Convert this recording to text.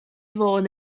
fôn